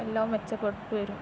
എല്ലാം മെച്ചപ്പെട്ടു വരും